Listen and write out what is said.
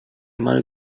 mal